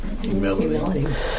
Humility